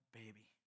baby